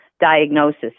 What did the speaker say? diagnosis